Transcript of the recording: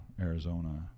Arizona